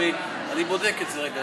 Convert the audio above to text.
אני בודק את זה רגע.